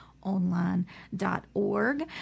online.org